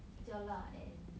比较辣 and